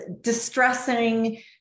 distressing